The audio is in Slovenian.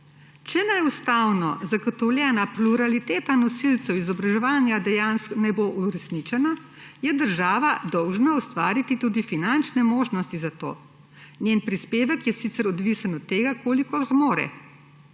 »Če naj bo ustavno zagotovljena pluraliteta nosilcev izobraževanja uresničena, je država dolžna ustvariti tudi finančne možnosti za to. Njen prispevek je sicer odvisen od tega, koliko zmore,